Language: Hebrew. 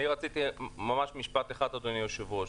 אני רוצה לומר משפט אחד, אדוני היושב-ראש,